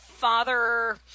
Father